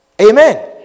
Amen